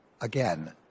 Again